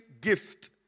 gift